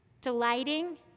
delighting